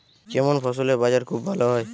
কেমন ফসলের বাজার খুব ভালো হয়?